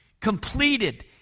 completed